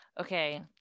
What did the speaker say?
Okay